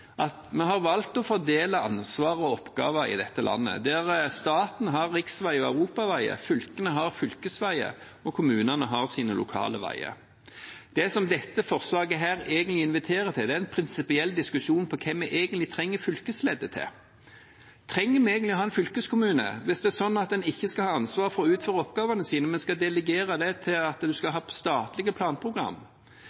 at vi har valgt å fordele ansvar og oppgaver i dette landet, der staten har riksveier og europaveier, fylkene har fylkesveier, og kommunene har sine lokale veier. Det som dette forslaget egentlig inviterer til, er en prinsipiell diskusjon om hva vi trenger fylkesleddet til. Trenger vi egentlig å ha en fylkeskommune hvis det er sånn at en ikke skal ha ansvar for å utføre oppgavene sine, men skal delegere det til